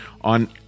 On